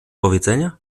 powiedzenia